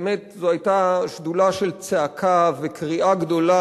באמת זו היתה שדולה של צעקה וקריאה גדולה